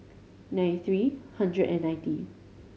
nine three hundred and ninety